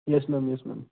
yes ma'am yes ma'am